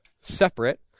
separate